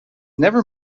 never